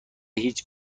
هیچ